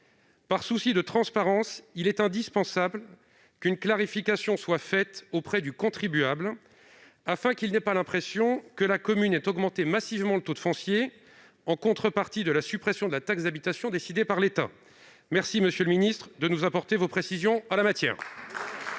Par souci de transparence, il est indispensable qu'une clarification soit faite auprès du contribuable afin que celui-ci n'ait pas l'impression que la commune a augmenté massivement son taux d'impôt foncier en contrepartie de la suppression de la taxe d'habitation décidée par l'État. Merci, monsieur le ministre, de nous apporter des précisions en la matière.